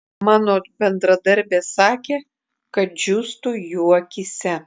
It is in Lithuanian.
mano bendradarbės sakė kad džiūstu jų akyse